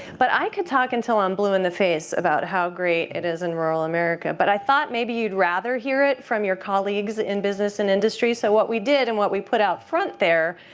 but i could talk until i'm blue in the face about how great it is in rural america, but i thought maybe you'd rather hear it from your colleagues in business and industry. so what we did, and what we put out front there,